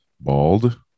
bald